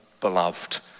beloved